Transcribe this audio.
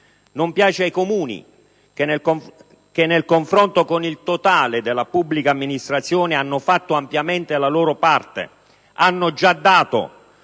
Non piace ai Comuni, che nel confronto con il totale della pubblica amministrazione hanno fatto ampiamente la loro parte, hanno già dato,